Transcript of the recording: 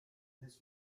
his